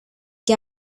que